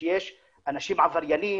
שיש אנשים עבריינים,